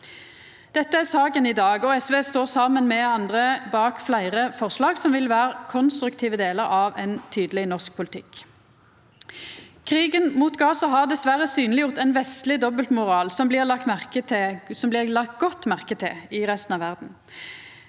Dette er saka i dag, og SV står saman med andre bak fleire forslag som vil vera konstruktive delar av ein tydeleg norsk politikk. Krigen mot Gaza har dessverre synleggjort ein vestleg dobbeltmoral som blir lagt godt merke til i resten av verda.